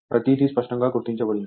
ప్రతీది స్పష్టంగా గుర్తించబడింది